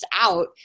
out